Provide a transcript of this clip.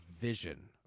vision